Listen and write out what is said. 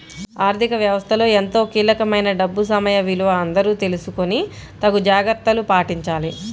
ఆర్ధిక వ్యవస్థలో ఎంతో కీలకమైన డబ్బు సమయ విలువ అందరూ తెలుసుకొని తగు జాగర్తలు పాటించాలి